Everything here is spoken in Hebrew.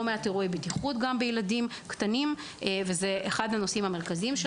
בילדים קטנים וזה אחד הנושאים המרכזיים.